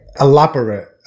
elaborate